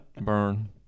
Burn